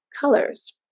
colors